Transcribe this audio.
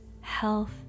health